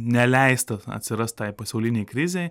neleista atsirast tai pasaulinei krizei